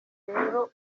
rero